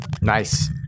Nice